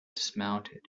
dismounted